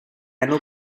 hanno